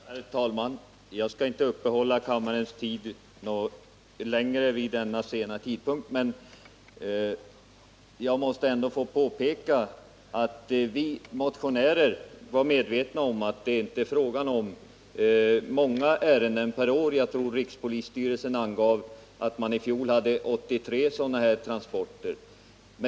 Herr talman! Jag skall inte uppta kammarens tid länge vid denna sena tidpunkt, men jag måste ändå få påpeka att vi motionärer var medvetna om att det är inte fråga om många ärenden per år — jag tror att rikspolisstyrelsen angav att man i fjol hade 83 sådana här transporter.